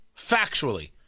Factually